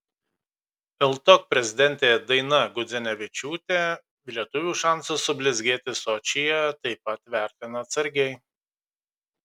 ltok prezidentė daina gudzinevičiūtė lietuvių šansus sublizgėti sočyje taip pat vertina atsargiai